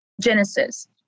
Genesis